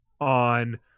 on